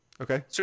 okay